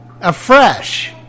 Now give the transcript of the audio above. afresh